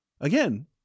Again